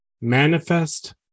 Manifest